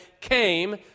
came